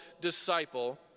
disciple